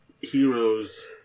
heroes